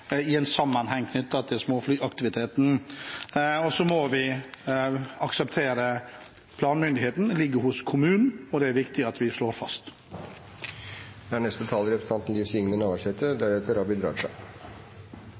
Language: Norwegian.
Oslo-området i sammenheng når det gjelder småflyaktiviteten. Så må vi akseptere at planmyndigheten ligger hos kommunen, og det er det viktig at vi slår fast. Eg er